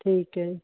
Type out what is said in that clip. ਠੀਕ ਹੈ